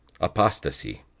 Apostasy